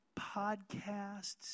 podcasts